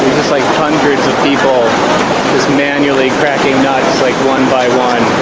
like hundreds of people manually cracking nuts like one by one